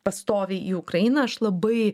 pastoviai į ukrainą aš labai